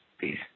Peace